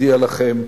מצדיע לכם.